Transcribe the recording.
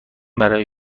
برای